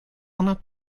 ona